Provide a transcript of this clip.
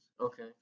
Okay